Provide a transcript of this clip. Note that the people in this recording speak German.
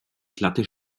glatte